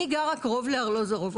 אני גרה קרוב לארלוזורוב,